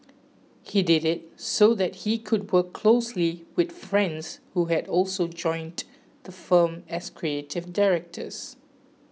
he did it so that he could work closely with friends who had also joined the firm as creative directors